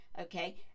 Okay